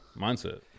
mindset